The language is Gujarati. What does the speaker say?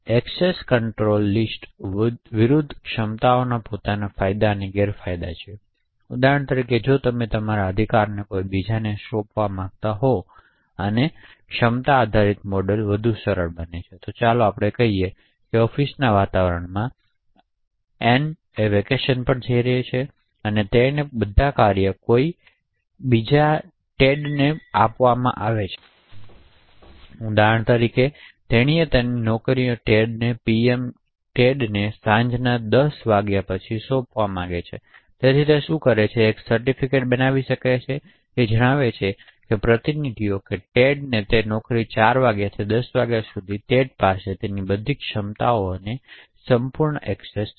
એક્સેસ કંટ્રોલ લિસ્ટ વિરુદ્ધ ક્ષમતાઓના પોતાના ફાયદા અને ગેરફાયદા છે ઉદાહરણ તરીકે જો તમે તમારા અધિકારને કોઈ બીજાને સોંપવા માંગતા હોવ અને ક્ષમતા આધારિત મોડેલ વધુ સરળ છે તો ચાલો આપણે ઉદાહરણ તરીકે કહીએ કે ઑફિસના વાતાવરણમાં અને વેકેશન પર જઈ રહ્યો છે અને તેણી તેના બધા કાર્યો કોઈ બીજાને ટેડ પર બોલાવવા માંગે છે ઉદાહરણ તરીકે તેણી તેની બધી નોકરીઓ ટેડને PM થી સાંજના 10 વાગ્યે સોંપવા માંગે છે તેથી તે શું કરે છે કે તે એક સર્ટિફિકેટ બનાવી શકે છે જેમાં જણાવે છે કે પ્રતિનિધિઓ ટેડ પર તેની નોકરી 4 વાગ્યાથી 10 વાગ્યા સુધીના ટેડ પાસે તેની બધી ક્ષમતાઓ માટે સંપૂર્ણ એક્સેસ છે